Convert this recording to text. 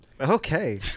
Okay